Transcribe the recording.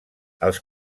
els